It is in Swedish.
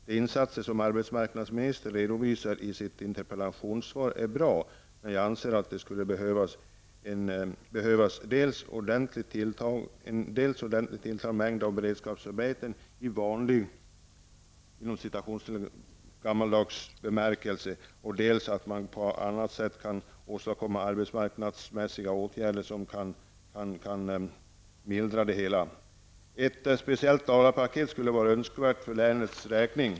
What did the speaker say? De insatser som arbetsmarknadsministern redovisar i sitt interpellationssvar är bra, men jag anser att det skulle behövas dels en ordentligt tilltagen mängd beredskapsarbeten i vanlig ''gammaldags'' bemärkelse, dels att man på annat sätt kan åstadkomma arbetsmarknadsmässiga åtgärder för att mildra konsekvenserna. Ett speciellt Dalapaket vore önskvärt för länet.